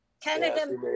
canada